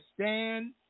stand